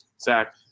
Zach